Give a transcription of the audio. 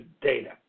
data